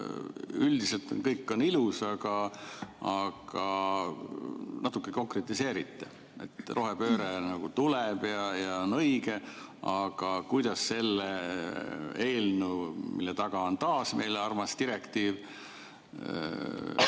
Üldiselt on kõik ilus, aga natuke konkretiseerige. Rohepööre nagu tuleb ja on õige, aga kuidas see seostub selle eelnõuga, mille taga on taas meie armas direktiiv.